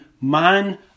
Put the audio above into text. man